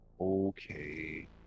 Okay